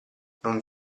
non